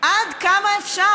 כמה אפשר?